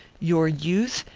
your youth,